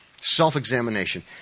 Self-examination